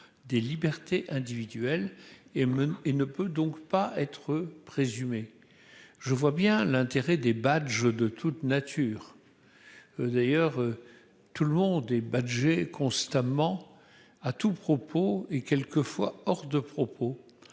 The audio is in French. des libertés individuelles et même et ne peut donc pas être présumé, je vois bien l'intérêt des badges de toute nature, d'ailleurs, tout le monde et badgé constamment à tout propos et quelques fois hors de propos,